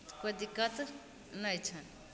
तऽ कोइ दिक्कत नहि छनि